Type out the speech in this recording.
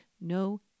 no